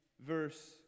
verse